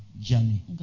journey